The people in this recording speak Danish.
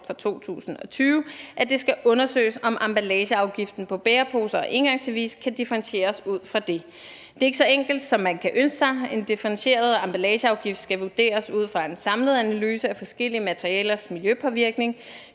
for 2020, at det skal undersøges, om emballageafgiften på bæreposer og engangsservice kan differentieres ud fra det. Det er ikke så enkelt, som man kan ønske sig – en differentieret emballageafgift skal vurderes ud fra en samlet analyse af forskellige materialers miljøpåvirkning.